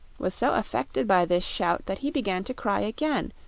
was so affected by this shout that he began to cry again,